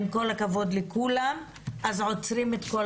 עם כל הכבוד לכולם, עוצרים את כל